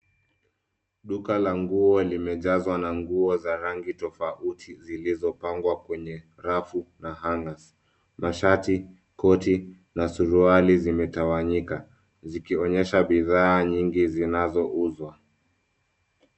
Duka la nguo limejazwa na nguo za rangi tofauti zilizopangwa kwenye rafu na hangers . Mashati, koti na suruali zimetawanyika zikionyesha bidhaa nyingi zinazouzwa.